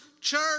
church